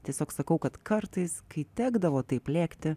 tiesiog sakau kad kartais kai tekdavo taip lėkti